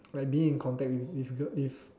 like being in contact with this girl this